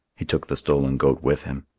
he took the stolen goat with him.